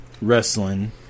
wrestling